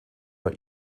bei